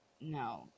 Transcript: No